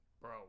Bro